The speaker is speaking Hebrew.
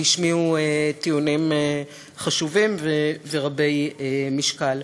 והשמיעו טיעונים חשובים ורבי משקל.